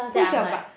who's your bu~